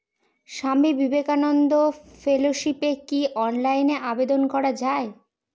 স্বামী বিবেকানন্দ ফেলোশিপে কি অনলাইনে আবেদন করা য়ায়?